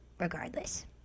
Regardless